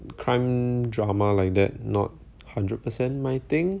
crime drama like that not hundred per cent my thing